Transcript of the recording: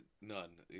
None